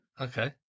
Okay